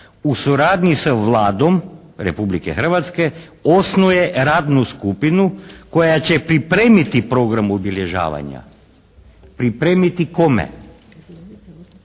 u suradnji sa Vladom Republike Hrvatske osnuje radnu skupinu koja će pripremiti program obilježavanja. Pripremiti kome?